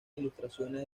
ilustraciones